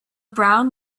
brown